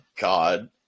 God